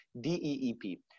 DEEP